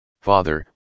Father